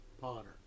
Potter